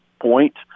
point